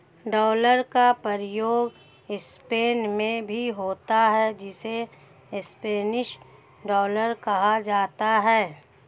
dollar का प्रयोग Spain में भी होता है जिसे स्पेनिश डॉलर कहा जाता है